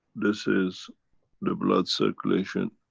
this is the blood circulation